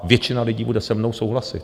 A většina lidí bude se mnou souhlasit.